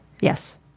Yes